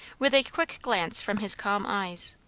with a quick glance from his calm eyes.